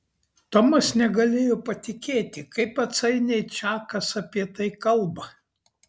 tomas negalėjo patikėti kaip atsainiai čakas apie tai kalba